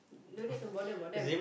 don't need to bother about them